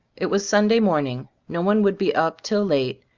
it was sunday morning no one would be up till late,